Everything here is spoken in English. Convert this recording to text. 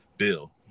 Bill